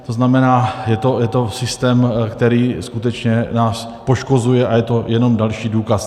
To znamená, je to systém, který skutečně nás poškozuje, a je to jenom další důkaz.